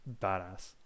badass